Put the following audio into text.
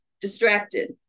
distracted